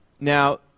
Now